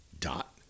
dot